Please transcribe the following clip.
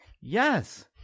Yes